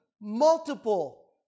multiple